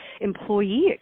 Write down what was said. employee